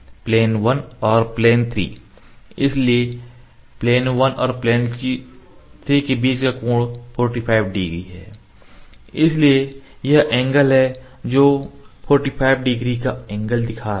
plane 1 और plane 3 इसलिए plane 1 और प्लेन 3 के बीच का कोण 45 डिग्री है इसलिए यह एंगल है जो 45 डिग्री का एंगल दिखा रहा है